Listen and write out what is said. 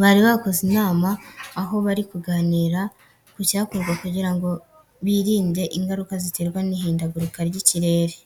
Bari bakoze inama aho bari kuganira ku cyakorwa kugira ngo birindi ingaruka ziterwa n'ihindagurika ry'ikirere.